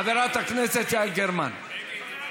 חברת הכנסת יעל גרמן, שבי במקומך.